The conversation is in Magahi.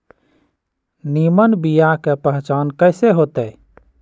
निमन बीया के पहचान कईसे होतई?